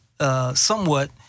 somewhat